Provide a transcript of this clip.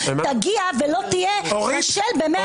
תגיע ולא תהיה בשל -- אורית,